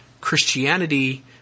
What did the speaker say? Christianity